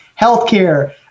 healthcare